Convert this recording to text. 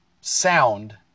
sound